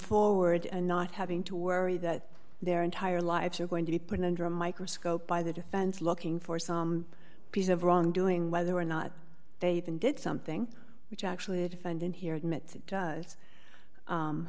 forward and not having to worry that their entire lives are going to be put under a microscope by the defense looking for some piece of wrongdoing whether or not they even did something which actually a defendant here admits it does